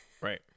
right